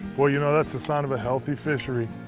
boy, you know that's the sign of a healthy fishery.